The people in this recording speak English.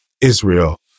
Israel